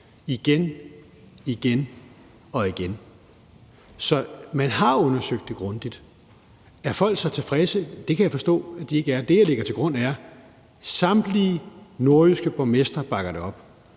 igen, igen og igen. Så man har undersøgt det grundigt. Er folk så tilfredse? Det kan jeg forstå at de ikke er. Det, jeg lægger til grund, er, at samtlige nordjyske borgmestre bakker det op,